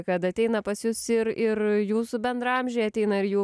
kad ateina pas jus ir ir jūsų bendraamžiai ateina ir jų